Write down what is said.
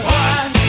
one